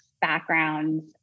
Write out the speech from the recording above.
backgrounds